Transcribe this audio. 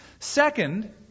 Second